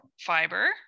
fiber